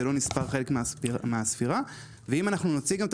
זה לא נספר כחלק מהספירה ואם אנחנו נוציא גם את